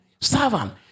Servant